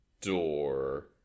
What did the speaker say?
door